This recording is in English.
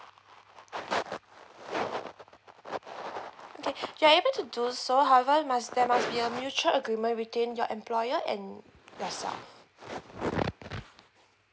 okay you are able to do however it must there must be a mutual agreement between your employer and yourself